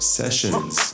sessions